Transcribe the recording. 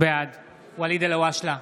בעד ואליד אלהואשלה,